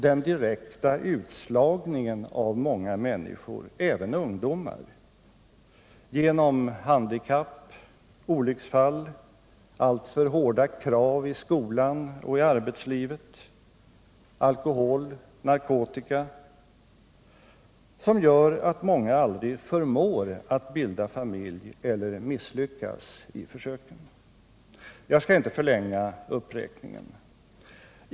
Den direkta utslagningen av många människor, även ungdomar, genom handikapp, olycksfall, alltför hårda krav i skolan och arbetslivet, alkohol, narkotika, som gör att många aldrig förmår att bilda familj eller misslyckas i försöken. Jag skall inte förlänga uppräkningen.